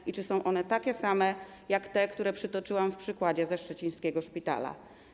I czy są one takie same jak te, które przytoczyłam w przykładzie ze szczecińskiego szpitala?